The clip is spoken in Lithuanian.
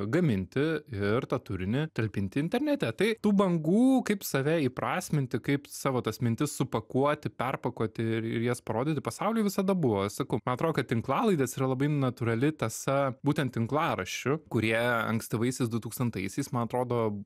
gaminti ir tą turinį talpinti internete tai tų bangų kaip save įprasminti kaip savo tas mintis supakuoti perpakuoti ir ir jas parodyti pasauliui visada buvo sakau man atrodo kad tinklalaidės yra labai natūrali tąsa būtent tinklaraščių kurie ankstyvaisiais dutūkstantaisiais man atrodo